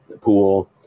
pool